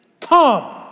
come